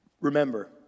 Remember